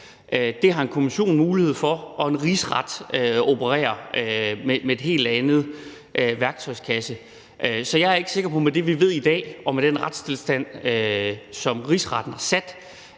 Det har en kommission mulighed for, og en rigsret opererer med en helt anden værktøjskasse. Så jeg er ikke med det, vi ved i dag, og med den retstilstand, som Rigsretten har sat,